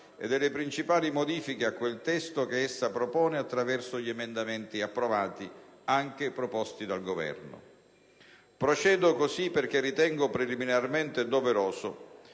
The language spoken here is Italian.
e delle principali modifiche a quel testo, che essa propone attraverso gli emendamenti approvati, anche su iniziativa del Governo. Procedo in tal modo perché ritengo preliminarmente doveroso